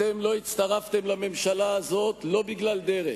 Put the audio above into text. אתם לא הצטרפתם לממשלה הזאת לא בגלל הדרך,